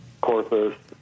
Corpus